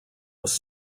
was